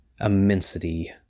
immensity